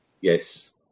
yes